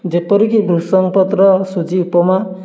ଯେପରିକି ଭୃସଙ୍ଗ ପତ୍ର ସୁଜି ଉପମା